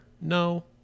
No